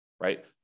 right